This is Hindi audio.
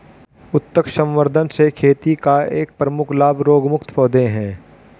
उत्तक संवर्धन से खेती का एक प्रमुख लाभ रोगमुक्त पौधे हैं